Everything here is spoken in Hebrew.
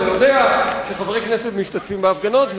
אתה יודע שחברי כנסת משתתפים בהפגנות,